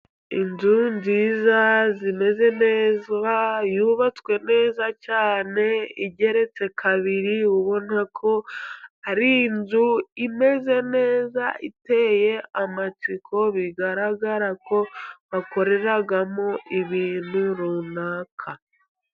Inzu nziza, zimeze neza, yubatswe neza cyane, igereretse kabiri, ubona ko hari inzu imeze neza, iteye amatsiko, bigaragara ko bakoreramo ibintu runaka.